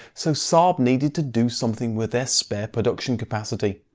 so saab needed to do something with their spare production capacity.